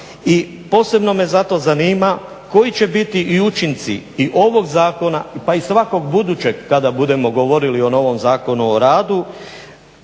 i posebno me zato zanima koji će biti učinci i ovog zakona, pa i svakog budućeg kada budemo govorili o novom Zakonu o radu.